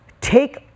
take